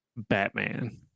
batman